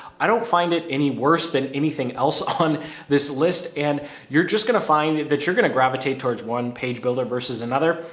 i don't find it any worse than anything else on this list. and you're just going to find that you're going to gravitate towards one-page builder versus another.